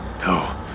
No